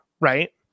right